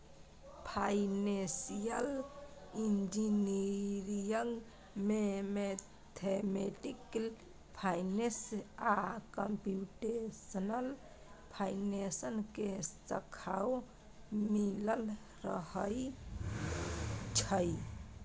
financial engineering में mathematical finance आ computational finance के शाखाओं मिलल रहइ छइ